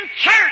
church